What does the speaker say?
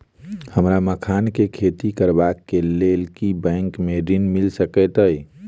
हमरा मखान केँ खेती करबाक केँ लेल की बैंक मै ऋण मिल सकैत अई?